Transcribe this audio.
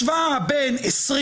השוואה בין 20,